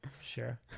Sure